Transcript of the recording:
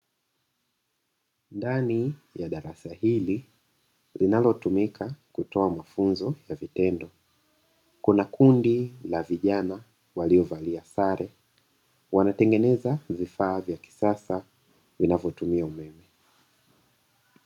Ndani ya darasa hili linalotumika kutoa mafunzo ya vitendo, kuna kundi la vijana waliovalia sare, wanatengeneza vifaa vya kisasa vinavyotumia umeme.